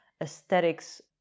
aesthetics